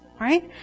Right